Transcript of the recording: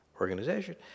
organization